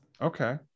okay